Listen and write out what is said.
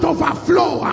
Overflow